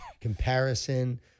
comparison